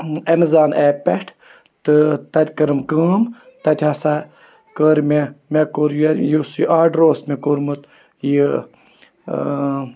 Amazon app پٮ۪ٹھ تہٕ تَتہِ کٔرٕم کٲم تَتہِ ہَسا کٔر مےٚ مےٚ کوٚر یہِ یُس یہِ آرڈَر اوس مےٚ کوٚرمُت یہِ